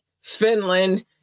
Finland